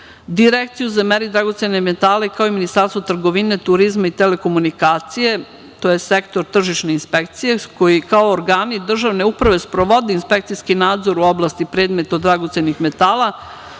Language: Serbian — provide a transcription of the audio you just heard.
za mere i dragocene metale, kao i Ministarstvo trgovine, turizma i telekomunikacija je sektor tržišne inspekcije, koji kao organi državne uprave sprovode inspekcijski nadzor u oblasti predmeta od dragocenih metala